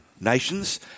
nations